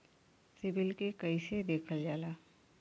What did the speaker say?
CIBIL कैसे देखल जाला?